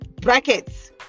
brackets